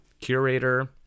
curator